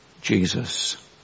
Jesus